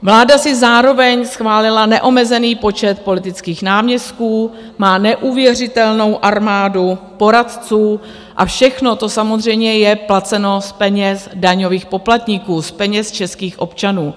Vláda si zároveň schválila neomezený počet politických náměstků, má neuvěřitelnou armádu poradců a všechno to samozřejmě je placeno z peněz daňových poplatníků, z peněz českých občanů.